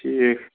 ٹھیٖک